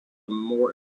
more